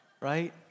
right